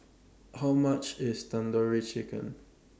How much IS Tandoori Chicken